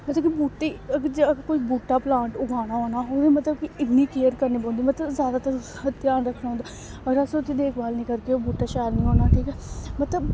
मतलब कि बूह्टे गी अगर कोई बूह्टा प्लांट उगाना होऐ ना मतलब इन्नी केयर करनी पौंदी मतलब जादातर ध्यान रक्खना पौंदा अगर अस उसदी देखभाल निं करगे ओह् बूह्टा शैल निं होना ठीक ऐ मतलब